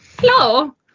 hello